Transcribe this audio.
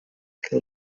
que